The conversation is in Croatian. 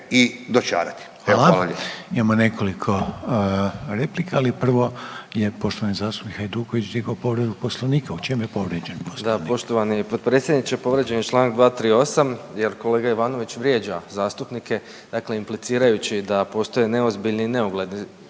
(HDZ)** Hvala, imamo nekoliko replika, ali prvo je poštovani zastupnik Hajduković digao povredu Poslovnika. U čemu je povrijeđen Poslovnik? **Hajduković, Domagoj (SDP)** Poštovani potpredsjedniče, povrijeđen je čl. 238. jer kolega Ivanović vrijeđa zastupnike dakle implicirajući da postoje neozbiljni i neugledni